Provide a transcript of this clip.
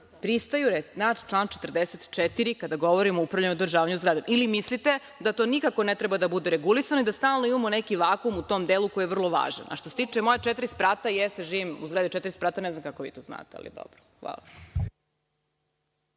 pristaju na član 44. kada govorimo o upravljanju i održavanju zgrade. Ili mislite da to nikako ne treba da bude regulisano i da stalno imamo neki vakum u tom delu koji je vrlo važan.A što se tiče moja četiri sprata, jeste, živim u zgadi od četiri sprata i ne znam kako vi to znate, ali dobro.